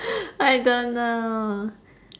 I don't know